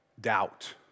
doubt